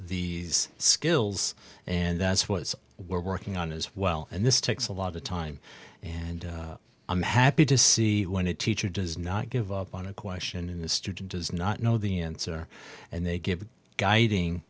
the skills and that's what we're working on as well and this takes a lot of time and i'm happy to see when it teacher does not give up on a question in the student does not know the answer and they give a guiding